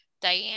Diane